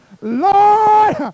Lord